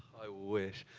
i wish.